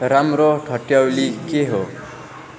राम्रो ठट्यौली के हो